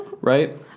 Right